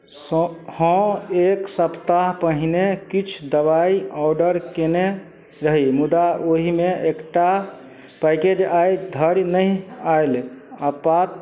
स हँ एक सप्ताह पहिले किछु दवाइ ऑडर कएने रही मुदा ओहिमे एकटा पैकेज आइधरि नहि आएल आपात